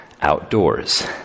outdoors